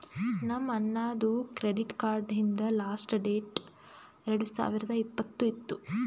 ನಮ್ ಅಣ್ಣಾದು credit card ಹಿಂದ್ ಲಾಸ್ಟ್ ಡೇಟ್ ಎರಡು ಸಾವಿರದ್ ಇಪ್ಪತ್ತ್ ಇತ್ತು